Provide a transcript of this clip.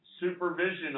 supervision